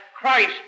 Christ